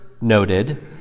noted